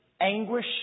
anguish